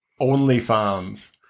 OnlyFans